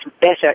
better